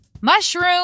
Mushroom